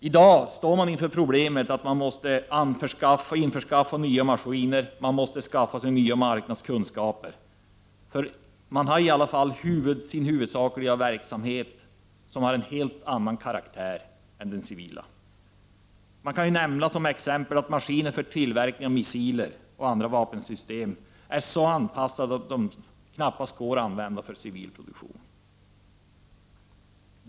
I dag står de här industriföretagen inför problemet att de måste skaffa sig nya maskiner och nya marknadskunskaper. Ännu är deras huvudsakliga verksamhet av en helt annan karaktär än den civila produktionen. Jag kan nämna som exempel att maskiner för tillverkning av missiler och andra vapensystem är så anpassade att de knappast går att använda för civil produktion.